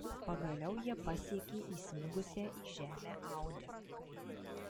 pagaliau jie pasiekė įsmigusią į žemę audi